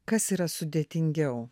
kas yra sudėtingiau